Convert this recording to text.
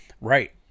right